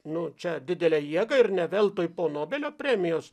nu čia didelė jėga ir ne veltui po nobelio premijos